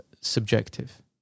subjective